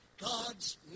God's